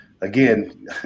again